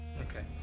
Okay